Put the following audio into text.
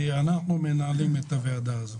אנחנו מנהלים את הוועדה הזאת.